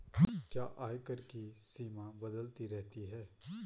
क्या आयकर की सीमा बदलती रहती है?